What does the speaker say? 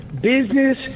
business